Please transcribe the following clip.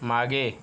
मागे